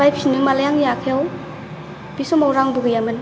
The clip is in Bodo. बायफिननो मालाय आंनि आखायाव बे समाव रांबो गैयामोन